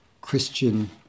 Christian